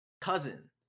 cousin